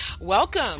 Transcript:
Welcome